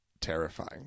terrifying